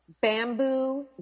Bamboo